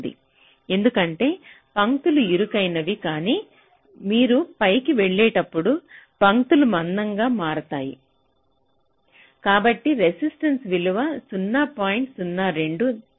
08 ఉంది ఎందుకంటే పంక్తులు ఇరుకైనవి కానీ మీరు పైకి వెళ్ళేటప్పుడు పంక్తులు మందంగా మారుతాయి కాబట్టి రెసిస్టెన్స విలువ 0